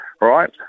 right